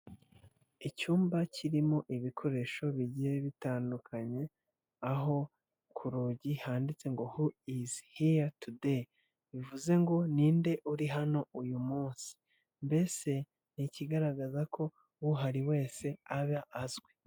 Icyumba kirimo ibikoresho bigiye bitandukanye, aho ku rugi handitse ngo "Hu izi hiya tudeyi" bivuze ngo ninde uri hano uyu munsi mbese ni ikigaragaza ko uhari wese aba azwi.